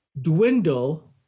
dwindle